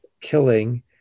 killing